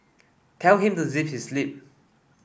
tell him to zip his lip